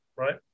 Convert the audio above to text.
Right